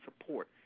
support